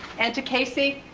and to casey,